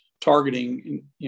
targeting